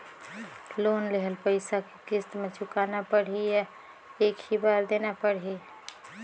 Loan लेहल पइसा के किस्त म चुकाना पढ़ही या एक ही बार देना पढ़ही?